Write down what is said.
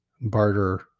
barter